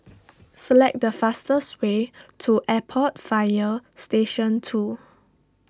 select the fastest way to Airport Fire Station two